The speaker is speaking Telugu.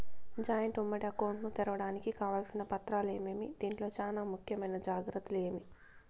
జాయింట్ ఉమ్మడి అకౌంట్ ను తెరవడానికి కావాల్సిన పత్రాలు ఏమేమి? దీంట్లో చానా ముఖ్యమైన జాగ్రత్తలు ఏమి?